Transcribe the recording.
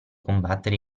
combattere